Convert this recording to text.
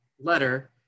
letter